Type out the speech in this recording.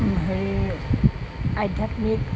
হেৰি আধ্যাত্মিক